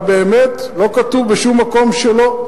אבל באמת לא כתוב בשום מקום שלא.